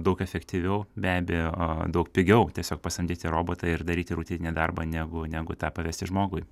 daug efektyviau be abejo a daug pigiau tiesiog pasamdyti robotą ir daryti rutininį darbą negu negu tą pavesti žmogui